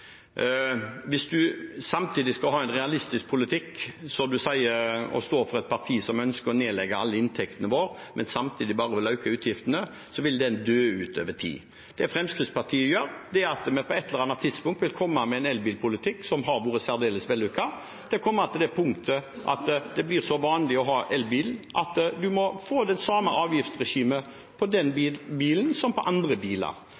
Hvis man samtidig skal ha en realistisk politikk og står for et parti som ønsker å nedlegge alle inntektene våre, men samtidig øker alle utgiftene våre, vil den dø ut over tid. Det Fremskrittspartiet sier, er at de på ett eller annet tidspunkt vil komme med en ny elbilpolitikk. Den har vært særdeles vellykket, men det kommer til et punkt der det blir så vanlig å ha elbil at man må få det samme avgiftsregimet på den bilen som på andre biler.